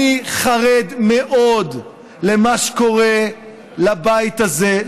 אני חרד מאוד למה שקורה לבית הזה,